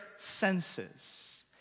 senses